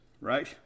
right